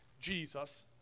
Jesus